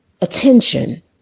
Attention